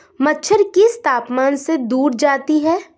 मच्छर किस तापमान से दूर जाते हैं?